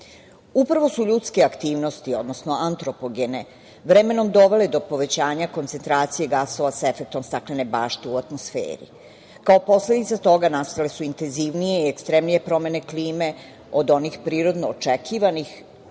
svet. Upravo su ljudske aktivnosti, odnosno antropogene, vremenom dovele do povećanja koncentracije gasova sa efektom staklene bašte u atmosferi. Kao posledica toga nastale su intenzivnije i ekstremnije promene klime od onih prirodno očekivanih